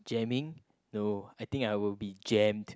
jamming no I think I will be jammed